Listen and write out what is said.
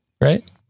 Right